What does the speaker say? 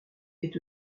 est